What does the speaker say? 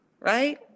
right